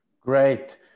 great